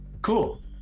Cool